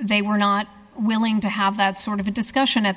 they were not willing to have that sort of a discussion at